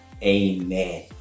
Amen